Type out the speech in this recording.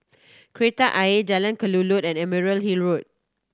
Kreta Ayer Jalan Kelulut and Emerald Hill Road